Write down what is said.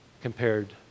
compared